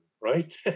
Right